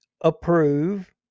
approve